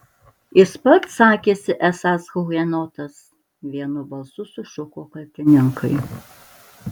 jis pats sakėsi esąs hugenotas vienu balsu sušuko kaltininkai